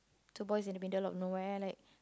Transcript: two boys in the middle of nowhere like